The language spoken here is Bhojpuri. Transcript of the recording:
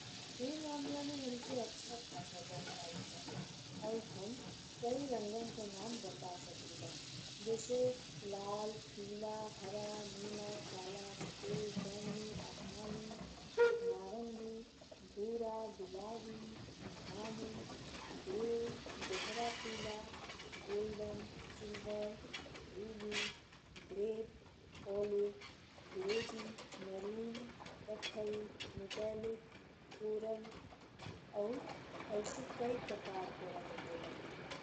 ई मामला में हमके अच्छा खासा जानकारी बा और हम कई रंगन के नाम बता सकिला जैसे लाल, पीला, हरा, नीला, काला, सफेद, बैगनी, आसमानी, नारंगी, भूरा, गुलाबी, धानी, ग्रे, गहरा पीला, golden, silver, ruby, grape, olive, फिरोजी, मैरून, कत्थई, मेटालिक, कोरल और अइसें कई प्रकार के रंग होले।